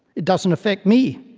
it doesn't affect me.